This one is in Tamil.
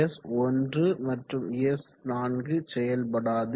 S1 மற்றும் S4 செயல்படாது